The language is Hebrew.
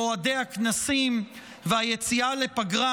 מועדי הכנסים והיציאה לפגרה,